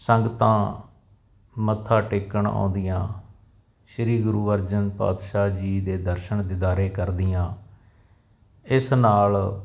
ਸੰਗਤਾਂ ਮੱਥਾ ਟੇਕਣ ਆਉਂਦੀਆਂ ਸ੍ਰੀ ਗੁਰੂ ਅਰਜਨ ਪਾਤਸ਼ਾਹ ਜੀ ਦੇ ਦਰਸ਼ਨ ਦੀਦਾਰੇ ਕਰਦੀਆਂ ਇਸ ਨਾਲ